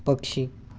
पक्षी